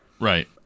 right